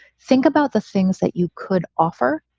think about the things that you could offer.